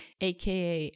aka